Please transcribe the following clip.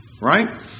right